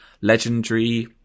legendary